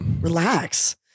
Relax